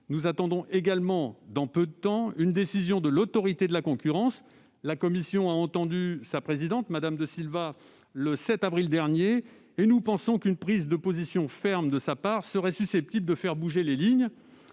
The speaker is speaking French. Nous attendons également, dans peu de temps, une décision de l'Autorité de la concurrence. La commission a entendu sa présidente, Mme de Silva, le 7 avril dernier : nous pensons qu'une prise de position ferme de sa part serait susceptible de faire bouger les lignes.